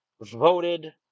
voted